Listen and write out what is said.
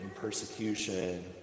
persecution